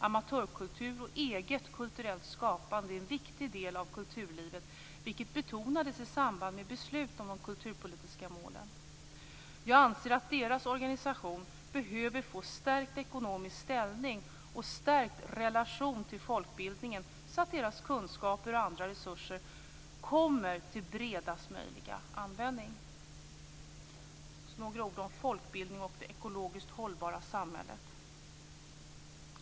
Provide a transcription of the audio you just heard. Amatörkultur och eget kulturellt skapande är en viktig del av kulturlivet. Det betonades i samband med beslut om de kulturpolitiska målen. Jag anser att deras organisation behöver få stärkt ekonomisk ställning och stärkt relation till folkbildningen, så att deras kunskaper och andra resurser kommer till bredast möjliga användning. Jag vill också säga några ord om folkbildningen och det ekologiskt hållbara samhället.